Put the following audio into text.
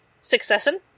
succession